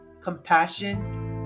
compassion